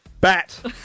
Bat